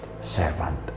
servant